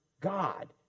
God